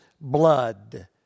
blood